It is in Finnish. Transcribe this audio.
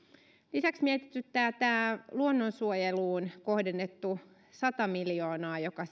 lisäksi mietityttää tämä luonnonsuojeluun kohdennettu sata miljoonaa joka